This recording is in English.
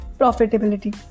profitability